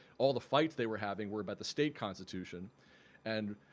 all the fights they were having were about the state constitution and